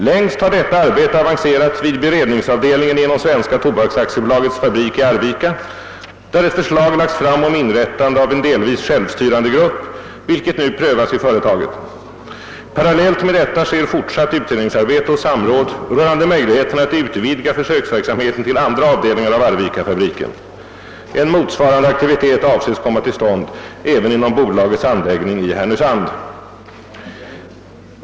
Längst har detta arbete avancerat vid beredningsavdelningen inom Svenska tobaks AB:s fabrik i Arvika, där ett förslag lagts fram om inrättande av en delvis självstyrande grupp vilket nu prövas i företaget. Pa rallellt med detta sker fortsatt utredningsarbete och samråd rörande möjligheterna att utvidga försöksverksamheten till andra avdelningar av Arvikafabriken. En motsvarande aktivitet avses komma till stånd även inom bolagets anläggning i Härnösand.